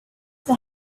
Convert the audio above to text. the